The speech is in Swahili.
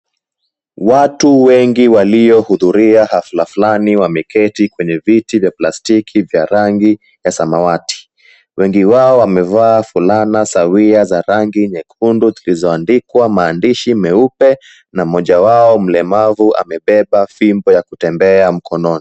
Watu wengi waliohudhuria hafla flani wameketi kwenye viti vya plastiki vya rangi ya samawati wengi wao wamevalia fulana sawia za rangi nyekundu zilizoandikwa maandishi meupe na mmoja wao mlemavu amebeba fimbo ya kutembea mkononi.